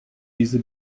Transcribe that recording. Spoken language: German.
diese